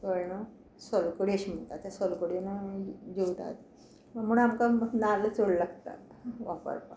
कळ्ळें न्हू सोलकडी अशें म्हणटात ते सोलकडीयेन आमी जेवतात म्हण आमकां नाल्ल चड लागता वापरपाक